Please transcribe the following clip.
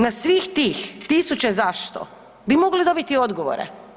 Na svih tih tisuće zašto bi mogli dobiti odgovore.